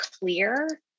clear